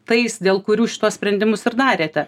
tais dėl kurių šituos sprendimus ir darėte